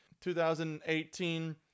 2018